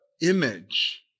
image